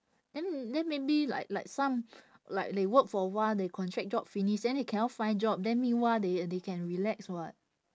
then then maybe like like some like they work for awhile their contract job finish then they cannot find job then meanwhile they they can relax [what]